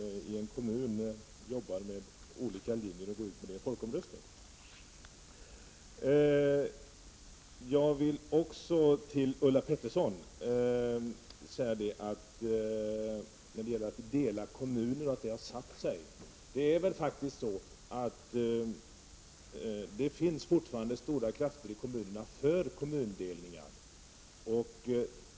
Jag vill då till Ulla Pettersson också säga att det fortfarande finns starka krafter i kommunerna för kommundelningar.